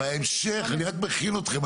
בהמשך, אני רק מכין אתכם.